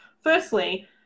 Firstly